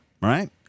right